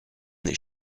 that